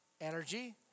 energy